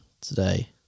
today